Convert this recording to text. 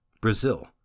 Brazil